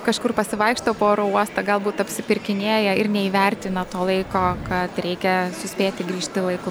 kažkur pasivaikšto po oro uostą galbūt apsipirkinėja ir neįvertina to laiko kad reikia suspėti grįžti laiku